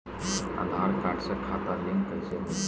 आधार card से खाता link कईसे होई?